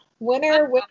Winner